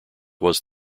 was